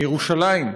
מירושלים,